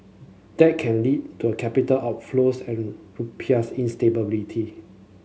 that can lead to a capital outflows and rupiahs instability